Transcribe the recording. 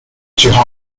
jihad